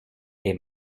est